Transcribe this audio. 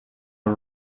all